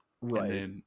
Right